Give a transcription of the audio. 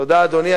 תודה, אדוני.